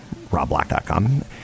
robblack.com